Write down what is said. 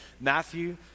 Matthew